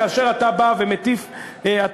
כאשר אתה בא ומטיף מוסר,